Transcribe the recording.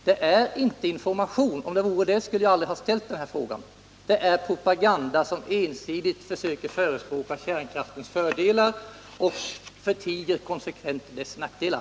Det är nämligen inte någon information; om det vore det skulle jag aldrig ha ställt den här frågan. Det är i stället propaganda, som ensidigt försöker förespråka kärnkraftens fördelar men konsekvent förtiger dess nackdelar.